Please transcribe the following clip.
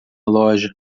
loja